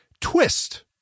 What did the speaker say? twist